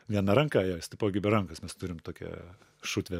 viena ranka jo jis tipo gi be rankos mes turim tokią šutvę